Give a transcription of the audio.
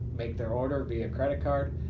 make their order via credit card,